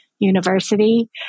university